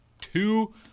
two